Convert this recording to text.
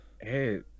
hey